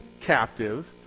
captive